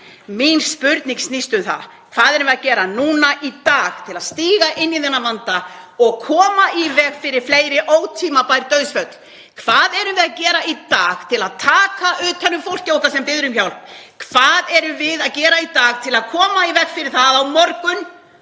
mín spurning snýst um það: Hvað erum við að gera núna í dag til að stíga inn í þennan vanda og koma í veg fyrir fleiri ótímabær dauðsföll? Hvað erum við að gera í dag til að taka utan um fólkið okkar sem biður um hjálp? Hvað erum við að gera í dag til að koma í veg fyrir það að á morgun,